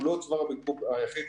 הוא לא צוואר הבקבוק היחיד